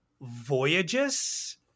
Voyages